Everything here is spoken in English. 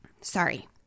Sorry